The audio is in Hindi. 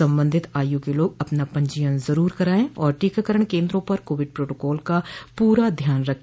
सम्बंधित आयु के लोग अपना पंजीयन जरूर कराये और टीकाकरण केंद्रों पर कोविड प्रोटोकॉल का पूरा ध्यान रख